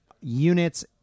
units